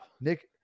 Nick